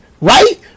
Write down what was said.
right